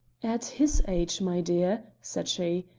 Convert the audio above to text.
at his age, my dear, said she,